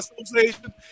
Association